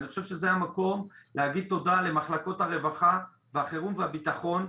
אני חושב שזה המקום להגיד תודה למחלקות הרווחה והחירום והביטחון.